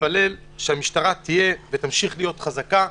להתפלל שהמשטרה תהיה ותמשיך להיות חזקה.